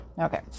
Okay